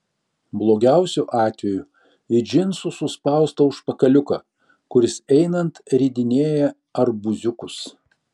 blogiausiu atveju į džinsų suspaustą užpakaliuką kuris einant ridinėja arbūziukus